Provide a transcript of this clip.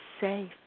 safe